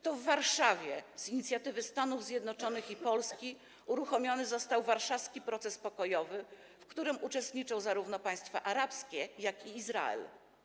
To w Warszawie, z inicjatywy Stanów Zjednoczonych i Polski, uruchomiony został warszawski proces pokojowy, w którym uczestniczą zarówno państwa arabskie, jak i Izrael.